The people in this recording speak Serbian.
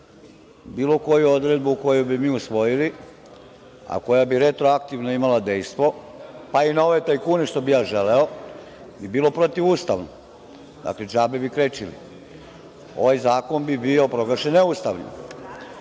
bilo koju odredbu koju bi mi usvojili, a koja bi retroaktivno imala dejstvo, pa i na ove tajkune, što bih ja želeo, bi bilo protivustavno. Dakle, džabe bi krečili. Ovaj zakon bi bio proglašen neustavnim. Kako